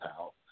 out